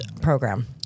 Program